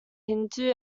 hindu